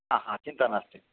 हा हा चिन्ता नास्ति